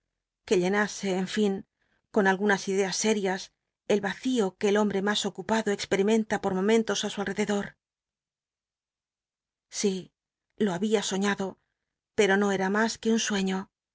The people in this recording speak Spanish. que llenase en fin con algunas ideas sérias el yacio que el hombte mas ocupado experimenta por momentos á sil alrededor si lo babia soiiado pero no cta mas iue un sueilegio